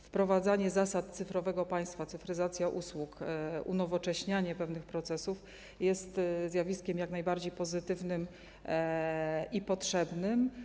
Wprowadzanie zasad cyfrowego państwa, cyfryzacja usług, unowocześnianie pewnych procesów jest zjawiskiem jak najbardziej pozytywnym i potrzebnym.